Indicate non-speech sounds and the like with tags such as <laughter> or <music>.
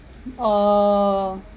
<noise> oh